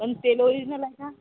पण तेल ओरिजनल आहे का